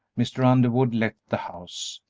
mr. underwood left the house.